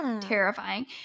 terrifying